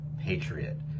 patriot